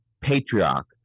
patriarch